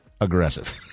Aggressive